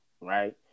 right